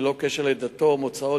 ללא קשר לדתו או מוצאו,